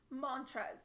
Mantras